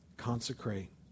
consecrate